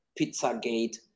Pizzagate